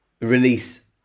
release